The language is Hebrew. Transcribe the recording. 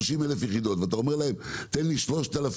30,000 יחידות ואתה אומר להם 'תן לי 3,000